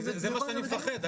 מזה אני מפחד.